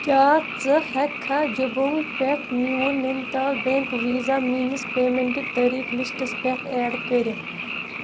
کیٛاہ ژٕ ہٮ۪ککھا جَبونٛگ پٮ۪ٹھ میٛون نیٚنِتال بیٚنٛک ویٖزا میٛٲنِس پیمٮ۪نٛٹ طٔریٖقہٕ لِسٹَس پٮ۪ٹھ ایڈ کٔرِتھ